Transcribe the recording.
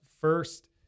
first